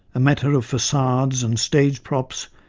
a matter of facades and stage props,